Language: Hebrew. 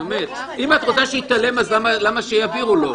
אם את רוצה שהוא יתעלם אז למה שיעבירו לו?